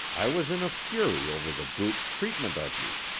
i was in a fury over the brute's treatment of you.